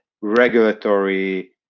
regulatory